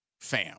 fam